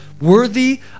Worthy